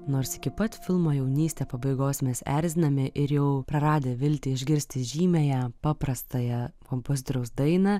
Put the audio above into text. nors iki pat filmo jaunystė pabaigos mes erzinami ir jau praradę viltį išgirsti žymiąją paprastąją kompozitoriaus dainą